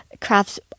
crafts